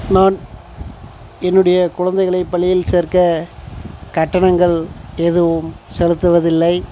நான் என்னுடைய குழந்தைகளை பள்ளியில் சேர்க்க கட்டணங்கள் எதுவும் செலுத்துவதில்லை